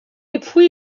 époux